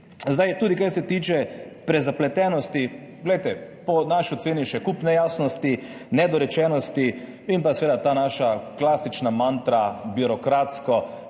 Tudi kar se tiče prezapletenosti. Poglejte, po naši oceni je še kup nejasnosti, nedorečenosti in pa seveda ta naša klasična mantra, birokratsko